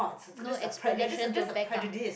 no explanation to back up